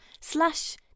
slash